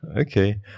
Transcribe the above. okay